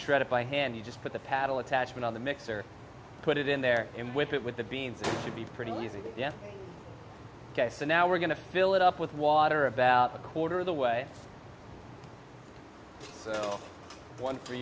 shred it by hand you just put the paddle attachment on the mixer put it in there and whip it with the beans would be pretty easy yeah ok so now we're going to fill it up with water about a quarter of the way one for